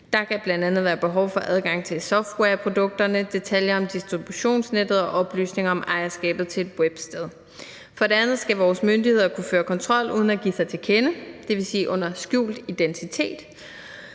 Der kan bl.a. være behov for adgang til softwareprodukterne, detaljer om distributionsnettet og oplysninger om ejerskabet til et websted. For det andet skal vores myndigheder kunne føre kontrol uden at give sig til kende, dvs. under skjult identitet.